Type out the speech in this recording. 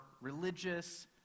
religious